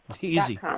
Easy